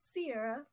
Sierra